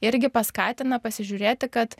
irgi paskatina pasižiūrėti kad